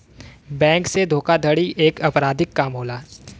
bank से धोखाधड़ी एक अपराधिक काम होला